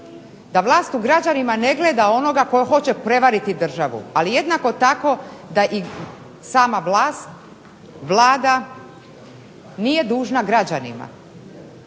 Da vlast u građanima ne gleda onoga tko hoće prevariti državu, ali jednako tako da sama vlast, Vlada nije dužna građanima.